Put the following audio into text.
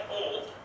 old